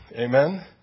Amen